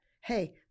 Hey